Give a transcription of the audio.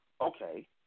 Okay